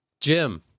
Jim